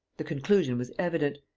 the conclusion was evident.